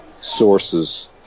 sources